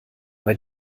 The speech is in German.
bei